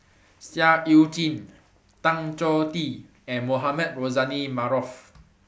Seah EU Chin Tan Choh Tee and Mohamed Rozani Maarof